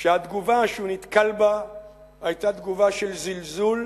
שהתגובה שהוא נתקל בה היתה תגובה של זלזול.